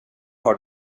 har